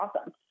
awesome